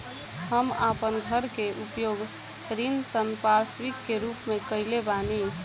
हम आपन घर के उपयोग ऋण संपार्श्विक के रूप में कइले बानी